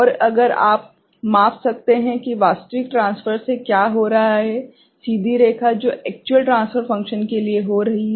और अगर आप माप सकते हैं कि वास्तविक ट्रान्सफर से क्या हो रहा है सीधी रेखा जो एक्चुअल ट्रान्सफर फ़ंक्शन के लिए हो रही है